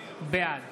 בעד